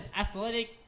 Athletic